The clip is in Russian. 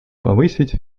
повысить